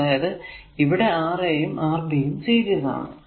അതായതു ഇവിടെ Ra യും Rb യും സീരീസ് ആണ്